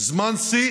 זה זמן שיא